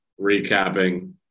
recapping